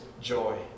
joy